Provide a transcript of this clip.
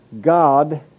God